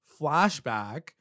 flashback